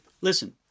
Listen